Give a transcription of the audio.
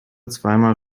zweimal